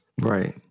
Right